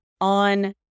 on